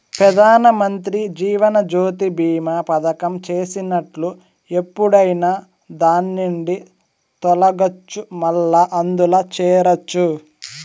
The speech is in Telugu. పెదానమంత్రి జీవనజ్యోతి బీమా పదకం చేసినట్లు ఎప్పుడైనా దాన్నిండి తొలగచ్చు, మల్లా అందుల చేరచ్చు